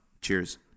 Cheers